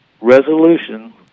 resolution